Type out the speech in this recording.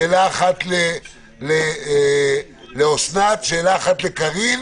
שאלה אחת לאוסנת, שאלה אחת לקארין